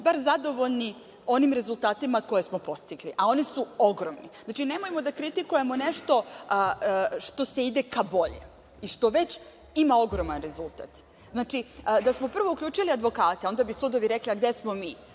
bar zadovoljni onim rezultatima koje smo postigli. A oni su ogromni. Znači, nemojmo da kritikujemo nešto što se ide ka boljem i što već ima ogroman rezultat. Znači, da smo prvo uključili advokate, onda bi sudovi rekli – a gde smo mi?